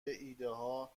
ایدهها